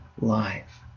life